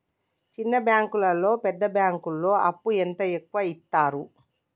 చిన్న బ్యాంకులలో పెద్ద బ్యాంకులో అప్పు ఎంత ఎక్కువ యిత్తరు?